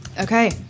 Okay